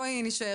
בואי נישאר בזה.